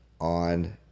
on